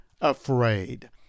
afraid